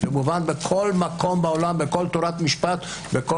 זה מובן בכל מקום בעולם, בכל תורת משפט.